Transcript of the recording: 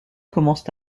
commencent